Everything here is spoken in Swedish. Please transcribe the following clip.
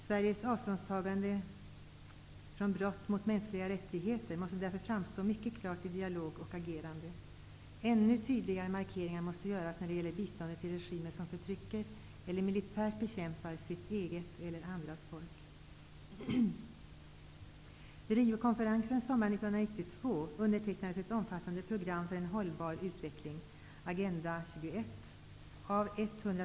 Sveriges avståndstagande från brott mot mänskliga rättigheter måste därför framstå mycket klart i dialog och agerande. Ännu tydligare markeringar måste göras när det gäller biståndet till regimer som förtrycker eller militärt bekämpar sitt eget eller andra folk.